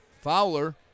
Fowler